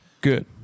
good